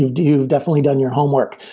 you've definitely done your homework.